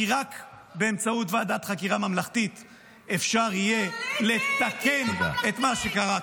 כי רק באמצעות ועדת חקירה ממלכתית אפשר יהיה לתקן את מה שקרה כאן.